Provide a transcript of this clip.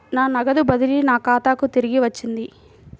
నా నగదు బదిలీ నా ఖాతాకు తిరిగి వచ్చింది